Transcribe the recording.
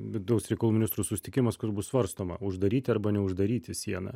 vidaus reikalų ministrų susitikimas kur bus svarstoma uždaryti arba neuždaryti sieną